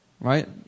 right